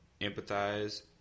empathize